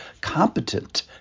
competent